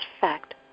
fact